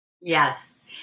Yes